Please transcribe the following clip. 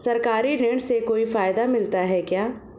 सरकारी ऋण से कोई फायदा मिलता है क्या?